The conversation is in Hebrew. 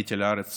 עליתי לארץ